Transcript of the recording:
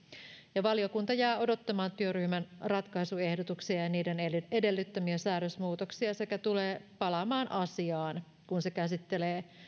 ja valiokunta jää odottamaan työryhmän ratkaisuehdotuksia ja niiden edellyttämiä säädösmuutoksia sekä tulee palaamaan asiaan kun se käsittelee